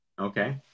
Okay